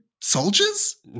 soldiers